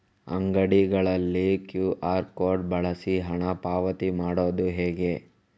ಅಂಗಡಿಗಳಲ್ಲಿ QR code ಬಳಸಿ ಹಣ ಪಾವತಿ ಮಾಡೋದು ಹೇಗೆ?